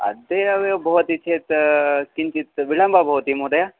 अद्य एव भवति चेत् किञ्चित् विलम्बः भवति महोदय